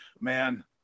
man